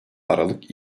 aralık